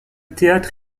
théâtre